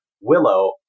Willow